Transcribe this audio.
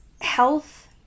health